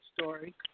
story